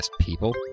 people